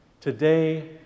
today